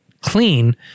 clean